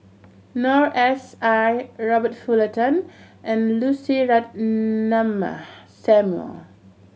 Noor S I Robert Fullerton and Lucy Ratnammah Samuel